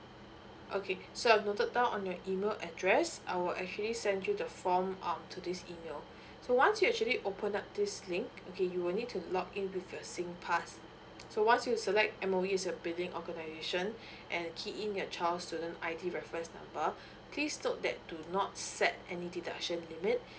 okay so I've noted down on your email address I will actually send you the form um to this email so once you actually open up this link okay you will need to log in with your singpass so once you select M_O_E as a breathing organisation and key in your child student I_D reference number please note that do not set any deduction limit